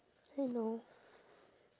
hello